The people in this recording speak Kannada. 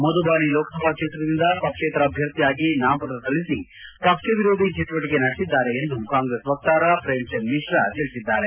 ಮಧುಬಾನಿ ಲೋಕಸಭಾ ಕ್ಷೇತ್ರದಿಂದ ಪಕ್ಷೇತರ ಅಭ್ಯರ್ಥಿಯಾಗಿ ನಾಮಪತ್ರ ಸಲ್ಲಿಸಿ ಪಕ್ಷ ವಿರೋಧಿ ಚಟುವಟಿಕೆ ನಡೆಸಿದ್ದಾರೆ ಎಂದು ಕಾಂಗ್ರೆಸ್ ವಕ್ತಾರ ಪ್ರೇಮ್ಚಂದ್ ಮಿಶ್ರಾ ತಿಳಿಸಿದ್ದಾರೆ